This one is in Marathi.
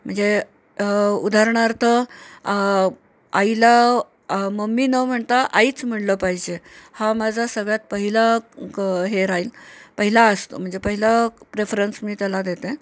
म्हणजे उदाहरणार्थ आईला मम्मी न म्हणता आईच म्हणलं पाहिजे हा माझा सगळ्यात पहिला क हे राहील पहिला असतो म्हणजे पहिला प्रेफरन्स मी त्याला देते